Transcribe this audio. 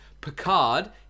Picard